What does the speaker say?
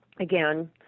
again